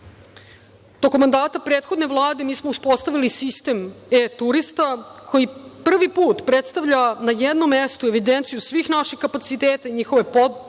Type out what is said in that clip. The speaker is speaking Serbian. mandata prethodne Vlade mi smo uspostavili sistem „e turista“ koji prvi put predstavlja na jednom mestu evidenciju svih naših kapaciteta i njihove popunjenosti